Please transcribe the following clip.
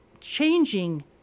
changing